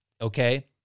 okay